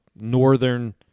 northern